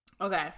Okay